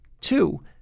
Two